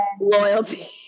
Loyalty